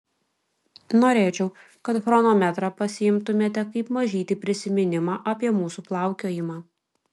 norėčiau kad chronometrą pasiimtumėte kaip mažytį prisiminimą apie mūsų plaukiojimą